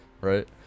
right